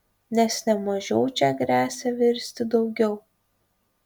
nes ne mažiau čia gresia virsti daugiau